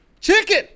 Chicken